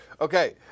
Okay